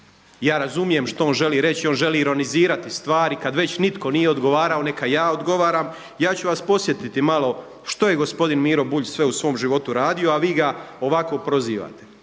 ja razumijem što on želi reći, on želi ironizirati stvari kad već nitko nije odgovarao neka ja odgovaran, ja ću vas podsjetiti malo što je gospodin Miro Bulj sve u svom životu radio a vi ga ovako prozivate